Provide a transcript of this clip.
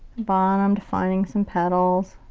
bottom, defining some petals.